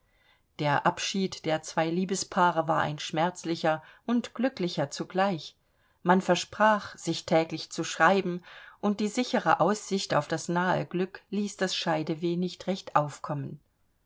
der abschied der zwei liebespaare war ein schmerzlicher und glücklicher zugleich man versprach sich täglich zu schreiben und die sichere aussicht auf das nahe glück ließ das scheideweh nicht recht aufkommen